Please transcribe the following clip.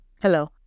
Hello